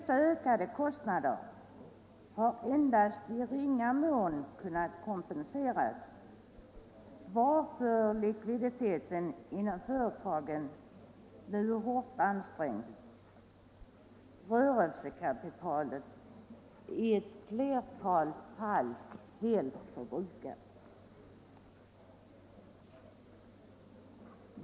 Dessa ökade kostnader har endast i ringa mån kunnat kompenseras, varför likviditeten inom företagen nu är hårt ansträngd; rörelsekapitalet är i ett flertal fall helt förbrukat.